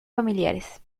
familiares